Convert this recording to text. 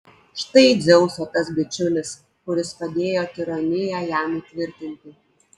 štai dzeuso tas bičiulis kuris padėjo tironiją jam įtvirtinti